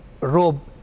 robe